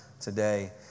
today